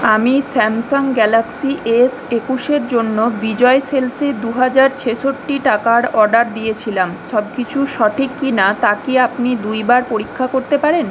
আমি Samsung Galaxy S একুশের জন্য বিজয় সেলস এ দু হাজার ছেষট্টি টাকার অর্ডার দিয়েছিলাম সব কিছু সঠিক কি না তা কি আপনি দুই বার পরীক্ষা করতে পারেন